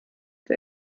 der